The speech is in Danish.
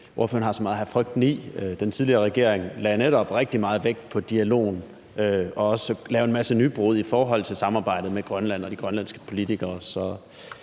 ordføreren har så meget at have frygten i; den tidligere regering lagde netop rigtig meget vægt på dialogen og lavede også en masse nybrud i forhold til samarbejdet med Grønland og de grønlandske politikere.